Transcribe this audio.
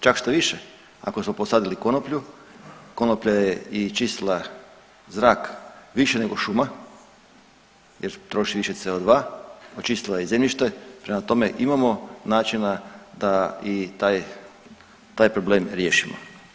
Čak što više ako smo posadili konoplju, konoplja je i čistila zrak više nego šuma jer troši više CO2, očistila je i zemljište, prema tome, imamo načina da i taj problem riješimo.